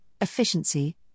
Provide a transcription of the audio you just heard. efficiency